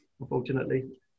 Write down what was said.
Unfortunately